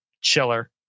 chiller